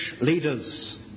leaders